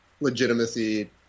legitimacy